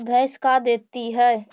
भैंस का देती है?